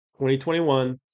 2021